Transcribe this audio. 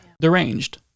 Deranged